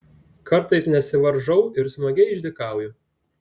kartais nesivaržau ir smagiai išdykauju